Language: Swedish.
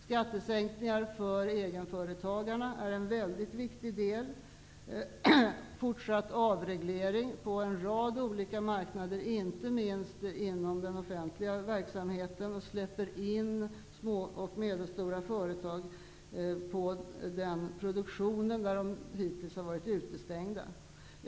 Skattesänkningar för egenföretagarna utgör en väldigt viktig del. Vidare gäller det fortsatt avreglering på en rad olika marknader, inte minst inom den offentliga verksamheten, och att släppa in små och medelstora företag i en produktion som de hittills varit utestängda från.